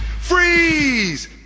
Freeze